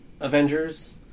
Avengers